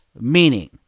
meaning